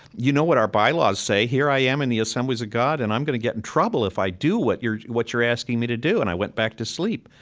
you know what our bylaws say. here i am in the assemblies of god, and i'm going to get in trouble if i do what you're what you're asking me to do. and i went back to sleep.